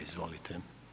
Izvolite.